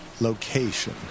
location